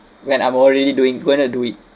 when I'm already doing going to do it